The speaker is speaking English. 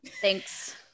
thanks